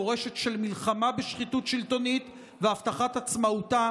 מורשת של מלחמה בשחיתות שלטונית והבטחת עצמאותה